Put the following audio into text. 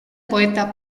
poeta